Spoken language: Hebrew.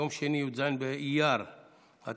יום שני י"ז באייר התש"ף,